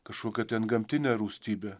kažkokią antgamtinę rūstybę